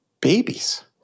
Babies